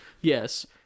Yes